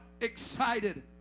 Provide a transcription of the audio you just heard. excited